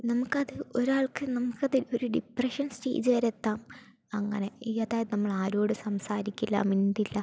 നമുക്കത് ഒരാൾക്ക് നമുക്കത് ഒരു ഡിപ്രഷൻ സ്റ്റേജ് വരെ എത്താം അങ്ങനെ ഈ അതായത് നമ്മളാരോടും സംസാരിക്കില്ല മിണ്ടില്ല